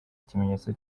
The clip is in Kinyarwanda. ikimenyetso